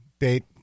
date